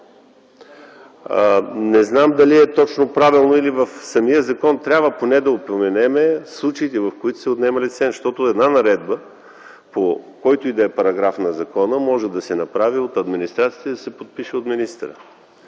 Не знам дали е точно правилно или в самия закон трябва поне да упоменем случаите, в които се отнема лиценз. Защото една наредба, по който и да е параграф на закона, може да се направи от администрацията и да се подпише от министъра.